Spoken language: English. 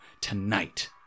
tonight